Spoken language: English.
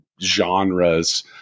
genres